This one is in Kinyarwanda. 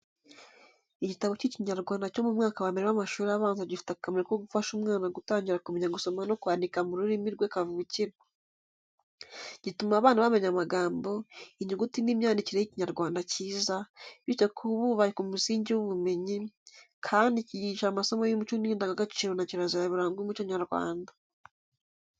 Igitabo cy’Ikinyarwanda cyo mu mwaka wa mbere w’amashuri abanza gifite akamaro ko gufasha umwana gutangira kumenya gusoma no kwandika mu rurimi rwe kavukire. Gituma abana bamenya amagambo, inyuguti n’imyandikire y’Ikinyarwanda cyiza, bityo bikubaka umusingi w’ubumenyi, kandi kigisha amasomo y’umuco n’indangagaciro na kirazira biranga umuco nyarwanda.